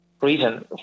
reason